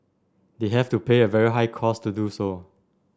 they have to pay a very high cost to do so